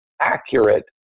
accurate